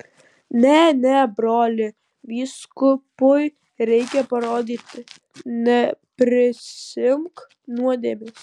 ne ne broli vyskupui reikia parodyti neprisiimk nuodėmės